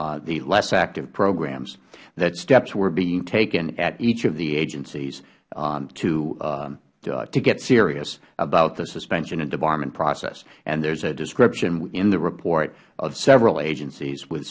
had the less active programs that steps were being taken at each of the agencies to get serious about the suspension and debarment process and there is a description in the report of several agencies with